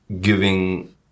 giving